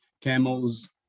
camels